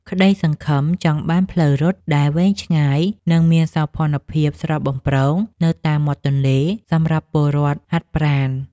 ក្ដីសង្ឃឹមចង់បានផ្លូវរត់ដែលវែងឆ្ងាយ និងមានសោភ័ណភាពស្រស់បំព្រងនៅតាមមាត់ទន្លេ សម្រាប់ពលរដ្ឋហាត់ប្រាណ។